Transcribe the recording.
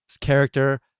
character